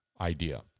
idea